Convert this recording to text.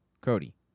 Cody